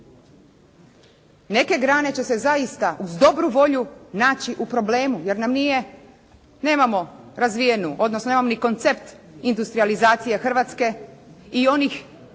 Neke grane će se zaista uz dobru volju naći u problemu jer nam nije, nemamo razvijenu, odnosno nemamo ni koncept industrijalizacije Hrvatske i onih